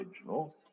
original